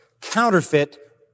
counterfeit